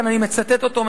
אני מצטט אותו,